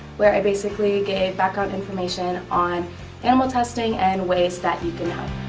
where i basically gave background information on animal testing and ways that you can help.